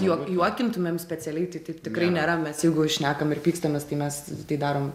juok juokintumėm specialiai tai taip tikrai nėra mes jeigu šnekam ir pykstamės tai mes tai darom